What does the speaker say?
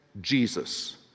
Jesus